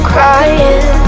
Crying